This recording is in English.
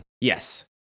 Yes